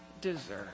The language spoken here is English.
deserve